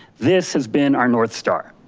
this has been our north star